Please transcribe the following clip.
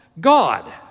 God